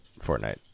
Fortnite